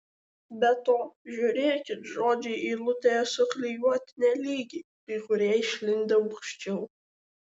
be to žiūrėkit žodžiai eilutėje suklijuoti nelygiai kai kurie išlindę aukščiau